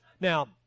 Now